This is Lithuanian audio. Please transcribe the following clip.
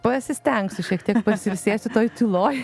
pasistengsiu šiek tiek pasiilsėsiu toj tyloj